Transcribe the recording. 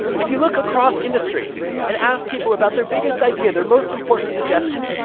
if you look across industries and ask people about their biggest idea, their most important suggestion,